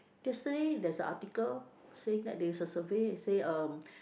yesterday there's a article saying that there is a survey say um